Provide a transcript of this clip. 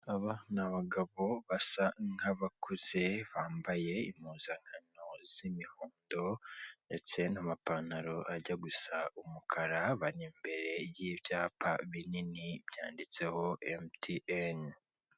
Aba ni abagabo basa nk'abakuze bambaye impuzankano z'imihondo ndetse n'amapantaro ajya gusa umukara bari imbere y'ibyapa binini byanditseho emutiyene.